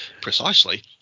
Precisely